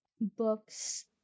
books